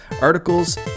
articles